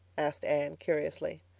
asked anne curiously.